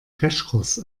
crashkurs